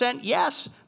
yes